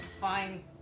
fine